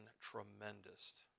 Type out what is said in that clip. tremendous